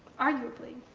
arguably.